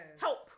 Help